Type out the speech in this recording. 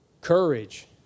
courage